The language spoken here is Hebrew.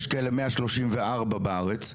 יש כאלה מאה שלושים וארבע בארץ,